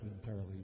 entirely